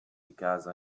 because